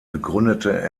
begründete